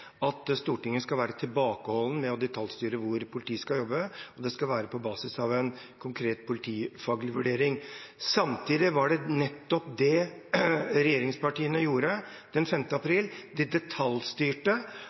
at Stortinget skal være tilbakeholden med å detaljstyre hvor politiet skal jobbe. Det skal være på basis av en konkret politifaglig vurdering. Samtidig var det nettopp det regjeringspartiene gjorde den